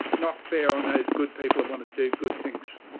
not fair on those good people who want to do good things.